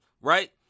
right